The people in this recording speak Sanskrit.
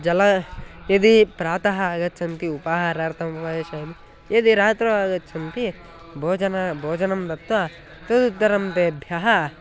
जलं यदि प्रातः आगच्छन्ति उपहारार्थम् उपविशामि यदि रात्रौ आगच्छन्ति भोजनं भोजनं दत्त्वा तदुत्तरं तेभ्यः